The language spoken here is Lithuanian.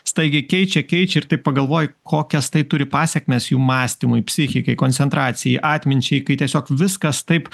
staigiai keičia keičia ir tik pagalvoju kokias tai turi pasekmes jų mąstymui psichikai koncentracijai atminčiai kai tiesiog viskas taip